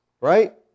Right